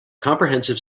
comprehensive